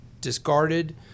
discarded